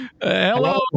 Hello